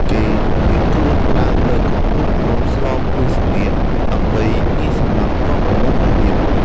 គេភៀសខ្លួនឡើងលើកំពូលភ្នំស្លពិសនាគ ដើម្បីងាយសម្លាប់ទ័ពរបស់ព្រះរាម។